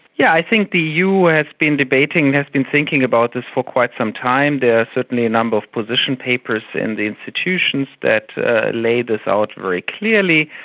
yeah i think the eu has been debating, has been thinking about this for quite some time. there are certainly a number of position papers in the institutions that lay this out very clearly.